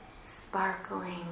sparkling